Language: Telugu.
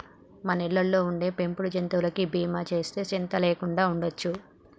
మన ఇళ్ళలో ఉండే పెంపుడు జంతువులకి బీమా సేస్తే సింత లేకుండా ఉండొచ్చు